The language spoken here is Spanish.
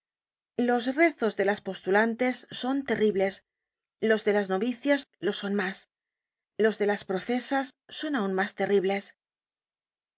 los rezos de las postulantes son terribles los de las novicias lo son mas los de las profesas son aun mas terribles